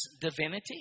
divinity